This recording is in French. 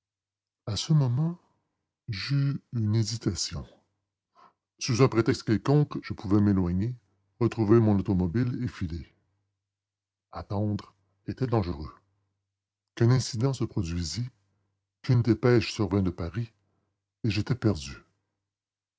à ce moment j'eus une hésitation sous un prétexte quelconque je pouvais m'éloigner retrouver mon automobile et filer attendre était dangereux qu'un incident se produisît qu'une dépêche survînt de paris et j'étais perdu